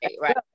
right